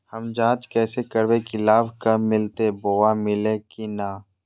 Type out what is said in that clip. हम जांच कैसे करबे की लाभ कब मिलते बोया मिल्ले की न?